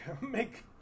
make